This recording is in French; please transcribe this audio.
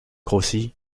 grossit